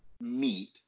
meet